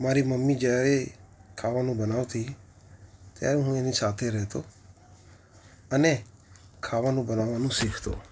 મારી મમ્મી જ્યારે ખાવાનું બનાવતી ત્યારે હું એની સાથે રહેતો અને ખાવાનું બનાવવાનું શીખતો